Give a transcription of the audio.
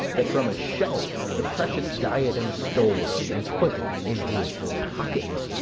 that from a shelf the precious diadem stole and put it in his pocket!